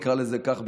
נקרא לזה כך,